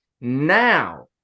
now